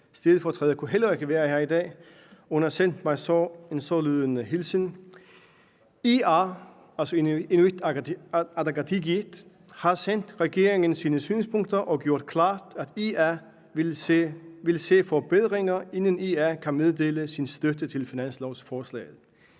stedfortræder kunne heller ikke være her i dag. Hun har sendt mig en sålydende hilsen: IA, altså Inuit Ataqatigiit, har sendt regeringen sine synspunkter og gjort klart, at IA vil se forbedringer, inden IA kan meddele sin støtte til finanslovsforslaget.